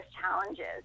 challenges